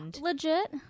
Legit